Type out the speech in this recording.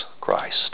Christ